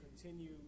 continue